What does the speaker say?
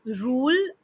rule